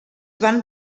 van